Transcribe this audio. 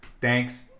thanks